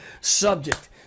subject